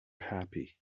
happy